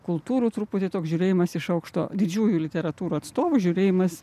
kultūrų truputį toks žiūrėjimas iš aukšto didžiųjų literatūrų atstovų žiūrėjimas